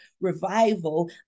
revival